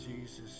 Jesus